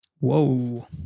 Whoa